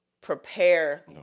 prepare